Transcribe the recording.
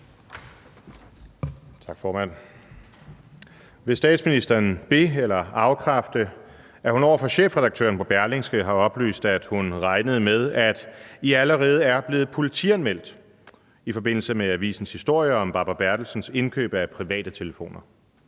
Vil statsministeren be- eller afkræfte, at hun over for chefredaktøren på Berlingske har oplyst, at hun regnede med, at »I allerede er blevet politianmeldt« i forbindelse med avisens historie om Barbara Bertelsens indkøb af private telefoner?